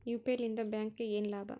UPI ಲಿಂದ ಬ್ಯಾಂಕ್ಗೆ ಏನ್ ಲಾಭ?